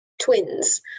twins